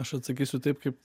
aš atsakysiu taip kaip